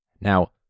Now